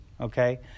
Okay